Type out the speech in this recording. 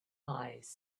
eyes